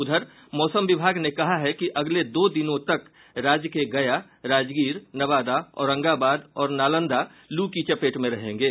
उधर मौसम विभाग ने कहा है कि अगले दो दिनों तक राज्य के गया राजगीर नवादा औरंगाबाद और नालंदा लू की चपेट में रहेंगे